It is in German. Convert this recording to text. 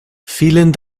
vielen